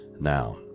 Now